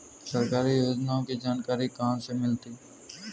सरकारी योजनाओं की जानकारी कहाँ से मिलती है?